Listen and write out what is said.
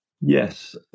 Yes